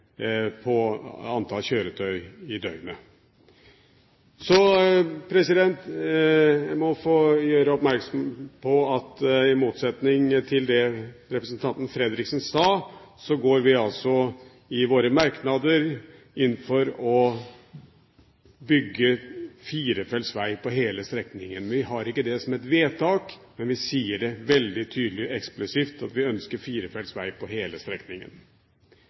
og antall kjøretøy i døgnet. Så må jeg få gjøre oppmerksom på at i motsetning til det representanten Fredriksen sa, går vi i våre merknader inn for å bygge firefelts veg på hele strekningen. Vi har ikke det som et vedtak, men vi sier veldig tydelig, eksplisitt, at vi ønsker firefelts veg på hele strekningen.